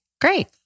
Great